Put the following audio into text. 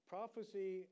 Prophecy